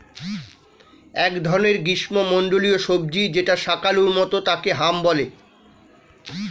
এক ধরনের গ্রীষ্মমন্ডলীয় সবজি যেটা শাকালু মতো তাকে হাম বলে